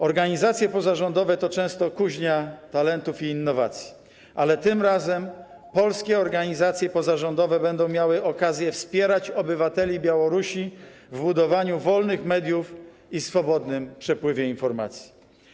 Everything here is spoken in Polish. Organizacje pozarządowe to często kuźnia talentów i innowacji, ale tym razem polskie organizacje pozarządowe będą miały okazję wspierać obywateli Białorusi w budowaniu wolnych mediów i swobodnym przepływie informacji.